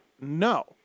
No